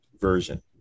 version